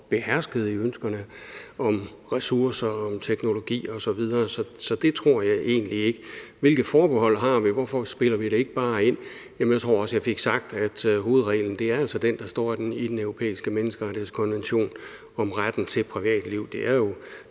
beherskede i ønskerne om ressourcer og teknologi osv. Så det tror jeg egentlig ikke. Hvilke forbehold har vi, og hvorfor spiller vi det ikke bare ind? Jamen jeg tror også, jeg fik sagt, at hovedreglen altså er den, der står i Den Europæiske Menneskerettighedskonvention om retten til privatliv. Det er jo